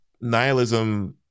nihilism